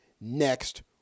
next